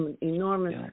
Enormous